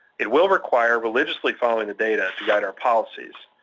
it will require religiously following the data to guide our policies.